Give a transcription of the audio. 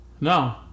No